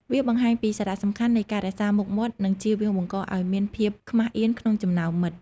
វាបង្ហាញពីសារៈសំខាន់នៃការរក្សាមុខមាត់ និងជៀសវាងបង្កឱ្យមានភាពអៀនខ្មាសក្នុងចំណោមមិត្ត។